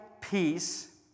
peace